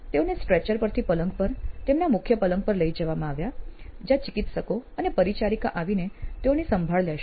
તેઓને સ્ટ્રેચર પરથી પલંગ પર તેમના મુખ્ય પલંગ પર લઇ જવામાં આવ્યા જ્યાં ચિકિત્સકો અને પરિચારિકા આવીને તેઓની સંભાળ લેશે